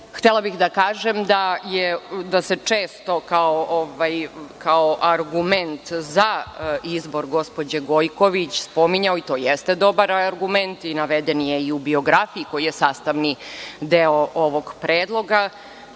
LDP-a. Htela bih da kažem da se često kao argument za izbor gospođe Gojković spominje, i to jeste dobar argument, a naveden je i u biografiji koja je sastavni deo ovog predloga,